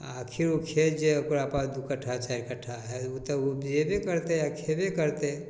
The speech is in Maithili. आखिर ओ खेत जे ओकरा पास दुइ कट्ठा चारि कट्ठा हइ ओ तऽ उपजेबे करतै आओर खेबे करतै